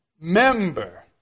member